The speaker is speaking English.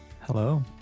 Hello